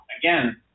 again